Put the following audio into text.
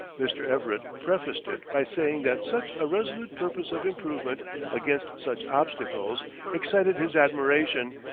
mr. everett prefaced it by saying that such a resolute purpose of improvement against such obstacles excited his admiration,